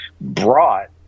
brought